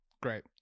great